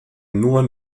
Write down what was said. nur